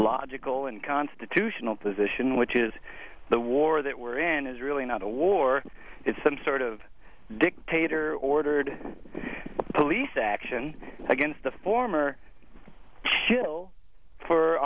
logical and constitutional position which is the war that we're in is really not a war it's some sort of dictator ordered police action against the former shill for